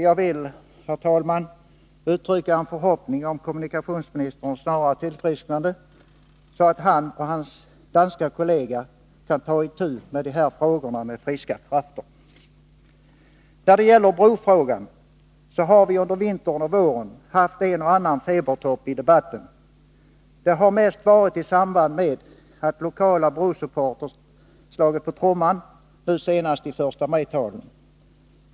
Jag vill, herr talman, uttrycka en förhoppning om kommunikationsministerns snara tillfrisknande, så att han och hans danske kollega kan ta itu med de här frågorna med friska krafter. När det gäller brofrågan, så har vi under vintern och våren haft en och annan febertopp i debatten. Det har mest varit i samband med att lokala brosupporters slagit på trumman, nu senast i 1 maj-talen.